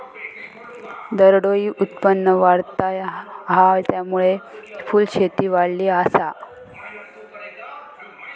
दरडोई उत्पन्न वाढता हा, त्यामुळे फुलशेती वाढली आसा